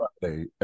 Friday